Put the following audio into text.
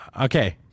Okay